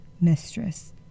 mistress